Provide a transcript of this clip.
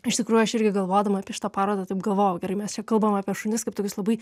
iš tikrųjų aš irgi galvodama apie šitą parodą taip galvojau gerai mes kalbam apie šunis kaip tokius labai